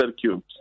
cubes